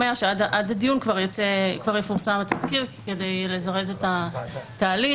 היה שעד הדיון כבר יפורסם התזכיר כדי לזרז את התהליך,